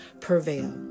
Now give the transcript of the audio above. prevail